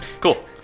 Cool